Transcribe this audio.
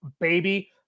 baby